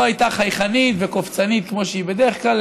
לא הייתה חייכנית וקופצנית כמו שהיא בדרך כלל,